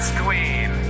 queen